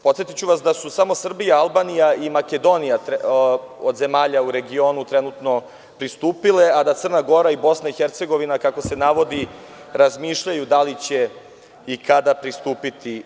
Podsetiću vas da su samo Srbija, Albanija i Makedonija od zemalja u regionu trenutno pristupile, a da Crna Gora i Bosna i Hercegovina, kako se navodi, razmišljaju da li će i kada pristupiti.